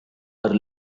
are